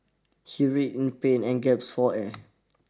he writhed in pain and gasped for air